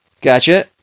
Gotcha